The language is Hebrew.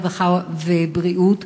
הרווחה והבריאות,